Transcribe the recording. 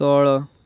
ତଳ